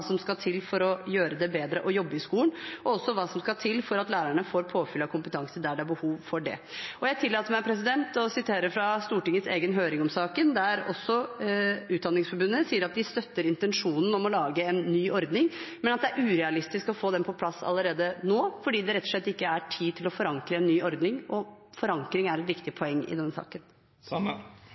som skal til for å gjøre det bedre å jobbe i skolen, og også hva som skal til for at lærerne får påfyll av kompetanse der det er behov for det. Jeg tillater meg å sitere fra Stortingets egen høring om saken, der også Utdanningsforbundet sier at de støtter intensjonen om å lage en ny ordning, men at det er urealistisk å få den på plass allerede nå, fordi det rett og slett ikke er tid til å forankre en ny ordning, og forankring er et viktig poeng i denne saken.